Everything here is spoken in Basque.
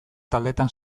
taldeetan